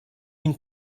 bin